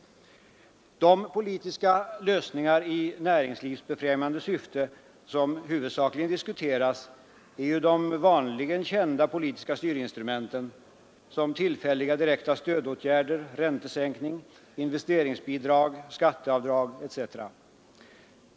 De politiska lösningar i näringslivsbefrämjande syfte som huvudsakligen diskuteras är ju de vanligen kända politiska styrinstrumenten, såsom tillfälliga direkta stödåtgärder, räntesänkning, investeringsbidrag, skatteavdrag etc.